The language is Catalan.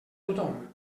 tothom